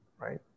right